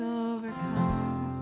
overcome